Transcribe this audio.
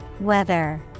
Weather